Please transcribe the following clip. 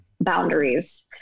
boundaries